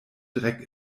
dreck